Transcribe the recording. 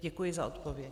Děkuji za odpověď.